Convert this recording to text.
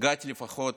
והגעתי לפחות